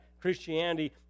Christianity